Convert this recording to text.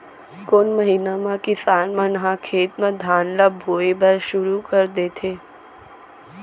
कोन महीना मा किसान मन ह खेत म धान ला बोये बर शुरू कर देथे?